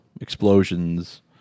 explosions